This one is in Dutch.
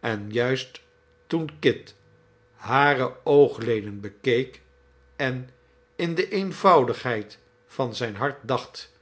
en juist toen kit hare oogleden bekeek en in de eenvoudigheid van zijn hart dacht